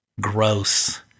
gross